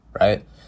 right